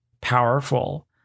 powerful